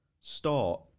start